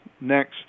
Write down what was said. next